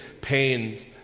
pains